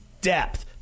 depth